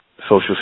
social